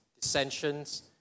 dissensions